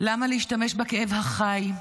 למה להשתמש בכאב החי,